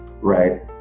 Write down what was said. Right